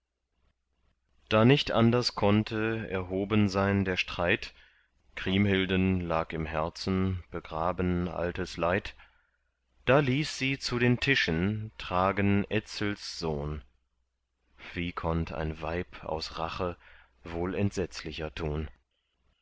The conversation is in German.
da nicht anders konnte erhoben sein der streit kriemhilden lag im herzen begraben altes leid da ließ sie zu den tischen tragen etzels sohn wie konnt ein weib aus rache wohl entsetzlicher tun